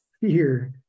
fear